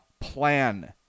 plan